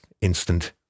instant